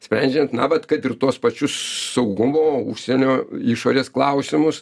sprendžiant na vat kad ir tuos pačius saugumo užsienio išorės klausimus